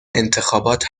انتخابات